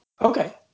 Okay